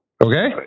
Okay